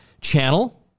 channel